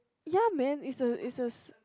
ya man is a is a